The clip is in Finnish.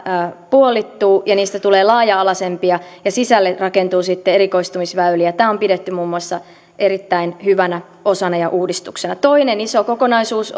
puolittuu ja niistä tulee laaja alaisempia ja sisälle rakentuu sitten erikoistumisväyliä tätä on pidetty muun muassa erittäin hyvänä osana ja uudistuksena toinen iso kokonaisuus